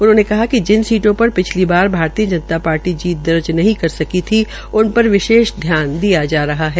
उन्होंने कहा कि जिन सीटों पर पिछली बार भारतीय जनता पार्टी जीत दर्ज नहीं कर सकी थी उन पर विशेष ध्यान दिया जा रहा है